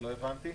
לא הבנתי.